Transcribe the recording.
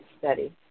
study